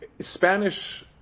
Spanish